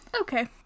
Okay